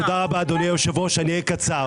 תודה רבה, אדוני היושב ראש, אני אהיה קצר.